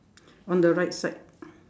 on the right side